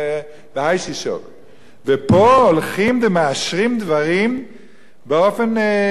ופה הולכים ומאשרים דברים באופן בלתי אפשרי ובלתי אחראי.